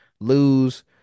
lose